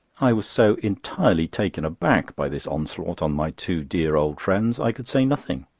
i was so entirely taken back by this onslaught on my two dear old friends, i could say nothing,